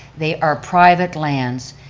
they are private lands,